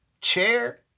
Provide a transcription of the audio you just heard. Chair